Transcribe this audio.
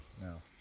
No